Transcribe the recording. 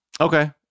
okay